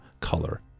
color